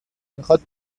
میخواد